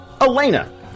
Elena